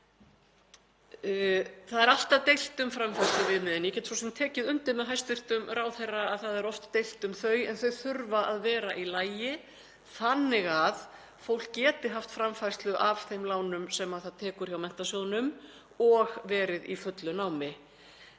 Það er alltaf deilt um framfærsluviðmið. Ég get svo sem tekið undir með hæstv. ráðherra að það er oft deilt um þau en þau þurfa að vera í lagi þannig að fólk geti haft framfærslu af þeim lánum sem það tekur hjá Menntasjóðnum og verið í fullu námi.